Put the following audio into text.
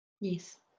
Yes